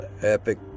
Epic